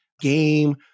game